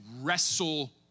wrestle